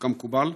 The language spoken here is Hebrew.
כמקובל?